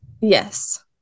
Yes